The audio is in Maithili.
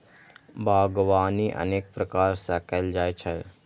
बागवानी अनेक प्रकार सं कैल जाइ छै